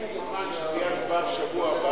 אם הוא מוכן שתהיה הצבעה בשבוע הבא,